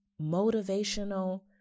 motivational